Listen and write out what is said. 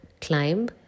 climb